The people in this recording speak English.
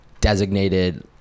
designated